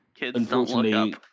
unfortunately